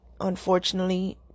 Unfortunately